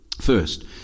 first